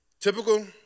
Typical